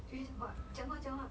继续讲话讲话讲话